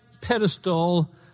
pedestal